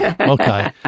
Okay